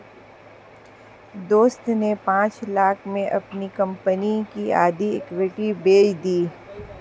दोस्त ने पांच लाख़ में अपनी कंपनी की आधी इक्विटी बेंच दी